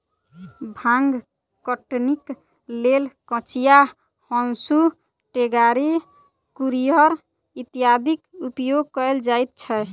भांग कटनीक लेल कचिया, हाँसू, टेंगारी, कुरिहर इत्यादिक उपयोग कयल जाइत छै